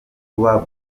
kuba